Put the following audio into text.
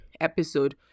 episode